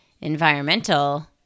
environmental